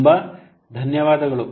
ತುಂಬ ಧನ್ಯವಾದಗಳು